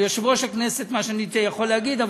על יושב-ראש הכנסת, מה שאני יכול להגיד.